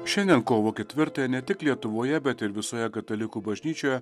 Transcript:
šiandien kovo ketvirtąją ne tik lietuvoje bet ir visoje katalikų bažnyčioje